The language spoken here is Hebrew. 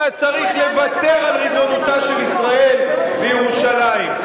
אתה צריך לוותר על ריבונותה של ישראל בירושלים,